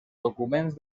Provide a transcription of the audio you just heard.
documents